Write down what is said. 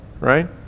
right